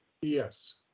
Yes